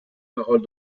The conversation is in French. parole